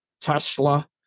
Tesla